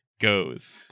goes